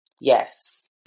Yes